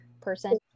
person